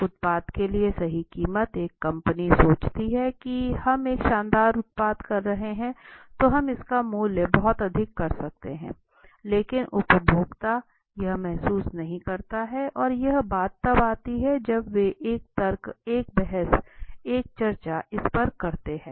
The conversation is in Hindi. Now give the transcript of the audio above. एक उत्पाद के लिए सही कीमत एक कंपनी सोचते हैं कि हम एक शानदार उत्पाद कर रहे हैं तो हम उसका मूल्य बहुत अधिक कर सकते है लेकिन उपभोक्ता यह महसूस नहीं करता है और यह बात तब आती है जब वे एक तर्क एक बहस एक चर्चा इस पर करते हैं